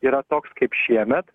yra toks kaip šiemet